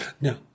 Now